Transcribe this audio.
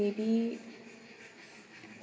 maybe